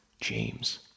James